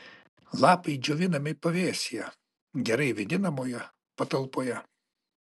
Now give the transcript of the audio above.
lapai džiovinami pavėsyje gerai vėdinamoje patalpoje